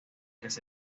ataque